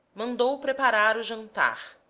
mandou preparar o jantar,